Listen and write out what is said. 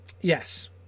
Yes